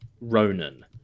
Ronan